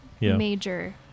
major